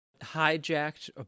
hijacked